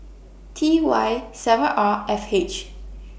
T Y seven R F H